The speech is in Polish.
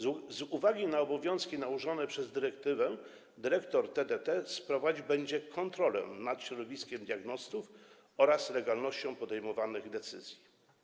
Z uwagi na obowiązki nałożone przez dyrektywę dyrektor TDT sprawować będzie kontrolę nad środowiskiem diagnostów oraz legalnością podejmowanych przez nich decyzji.